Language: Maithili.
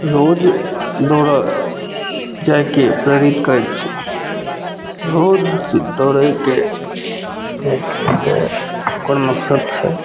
रोज दौड़ऽ जाएके प्रेरित करै छै रोज दौड़ेके कोन मकसद छै